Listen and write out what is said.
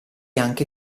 anche